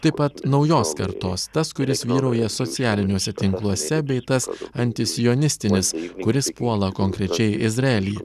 taip pat naujos kartos tas kuris vyrauja socialiniuose tinkluose bei tas antisionistinis kuris puola konkrečiai izraelį